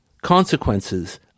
consequences